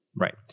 Right